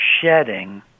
shedding